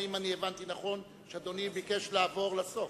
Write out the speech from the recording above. האם אני הבנתי נכון שאדוני ביקש לעבור לסוף?